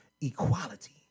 equality